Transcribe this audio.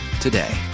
today